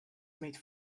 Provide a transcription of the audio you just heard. made